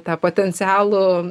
tą potencialų